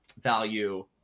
value